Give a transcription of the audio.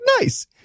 nice